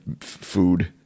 food